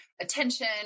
attention